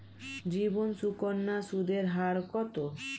জীবন সুকন্যা সুদের হার কত?